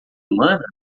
humana